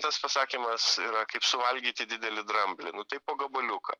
tas pasakymas yra kaip suvalgyti didelį dramblį tai po gabaliuką